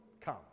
come